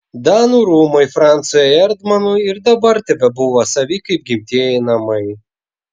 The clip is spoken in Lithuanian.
danų rūmai francui erdmanui ir dabar tebebuvo savi kaip gimtieji namai